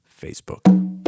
facebook